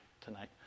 tonight